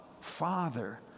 Father